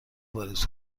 واریز